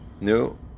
New